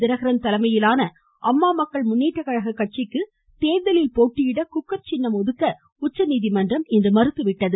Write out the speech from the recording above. தினகரன் தலைமையிலான அம்மா மக்கள் முன்னேற்ற கழக கட்சிக்கு தேர்தலில் போட்டியிட குக்கர் சின்னம் ஒதுக்க உச்சநீதிமன்றம் இன்று மறுத்துவிட்டது